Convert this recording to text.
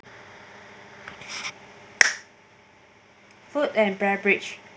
food and beverage